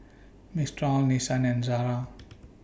Mistral Nissan and Zara